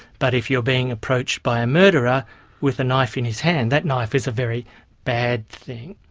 but if you're being approached by a murderer with a knife in his hand, that knife is a very bad thing.